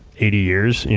eighty years.